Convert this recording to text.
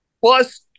plus